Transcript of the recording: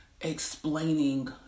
explaining